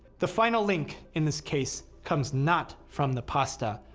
the final link in this case comes not from the pasta.